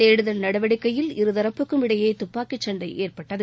தேடுதல் நடவடிக்கையில் இருதரப்புக்கும் இடையே துப்பாக்கிச்சன்டை ஏற்பட்டது